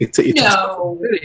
No